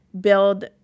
build